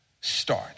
start